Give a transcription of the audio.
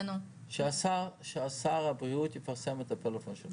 היה בהרבה בתי חולים שלא היה להם MRI. שברתי את זה.